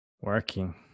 working